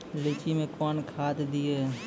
लीची मैं कौन खाद दिए?